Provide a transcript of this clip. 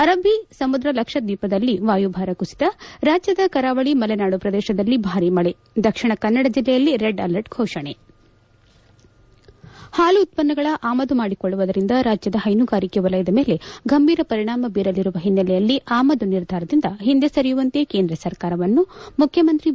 ಅರಬ್ಬ ಸಮುದ್ರ ಲಕ್ಷದ್ವೀಪದಲ್ಲಿ ವಾಯುಭಾರ ಕುಸಿತ ರಾಜ್ಯದ ಕರಾವಳಿ ಮಲೆನಾಡು ಪ್ರದೇಶದಲ್ಲಿ ಭಾರೀ ಮಳೆ ದಕ್ಷಿಣ ಕನ್ನಡ ಜಿಲ್ಲೆಯಲ್ಲಿ ರೆಡ್ ಅಲರ್ಟ್ ಫೋಷಣೆ ಹಾಲು ಉತ್ಪನ್ನಗಳ ಆಮದು ಮಾಡಿಕೊಳ್ಳುವುದರಿಂದ ರಾಜ್ಯದ ಹೈನುಗಾರಿಕೆ ವಲಯದ ಮೇಲೆ ಗಂಭೀರ ಪರಿಣಾಮ ಬೀರಲಿರುವ ಹಿನ್ನೆಲೆಯಲ್ಲಿ ಆಮದು ನಿರ್ಧಾರದಿಂದ ಹಿಂದೆ ಸರಿಯುವಂತೆ ಕೇಂದ್ರ ಸರ್ಕಾರವನ್ನು ಮುಖ್ಯಮಂತ್ರಿ ಬಿ